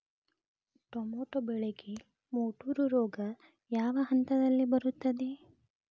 Tomato ಬೆಳೆಗೆ ಮುಟೂರು ರೋಗ ಯಾವ ಹಂತದಲ್ಲಿ ಬರುತ್ತೆ?